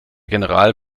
general